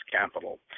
capital